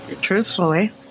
Truthfully